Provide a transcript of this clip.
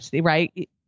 right